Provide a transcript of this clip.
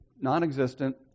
non-existent